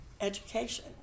education